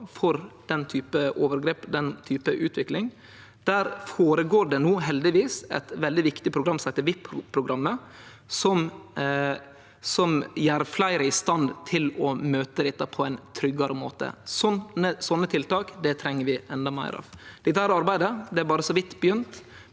for den type overgrep, den type utvikling. Der føre går det no heldigvis eit veldig viktig program som heiter VIP-programmet, som gjer fleire i stand til å møte dette på ein tryggare måte. Sånne tiltak treng vi endå meir av. Dette arbeidet er berre så vidt begynt,